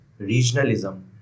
regionalism